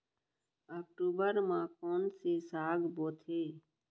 अक्टूबर मा कोन से साग बोथे?